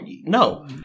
no